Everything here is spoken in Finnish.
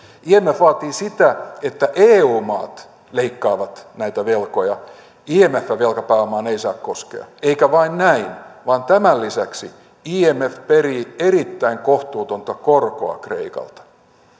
imf vaatii sitä että eu maat leikkaavat näitä velkoja imfn velkapääomaan ei saa koskea eikä vain näin vaan tämän lisäksi imf perii erittäin kohtuutonta korkoa kreikalta